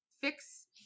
fix